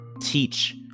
teach